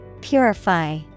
Purify